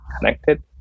connected